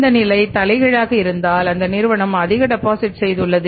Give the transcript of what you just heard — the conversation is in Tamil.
இந்த நிலை தலை கீழாக இருந்தால் அந்த நிறுவனம் அதிக டெபாசிட் செய்துள்ளது